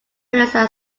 peninsula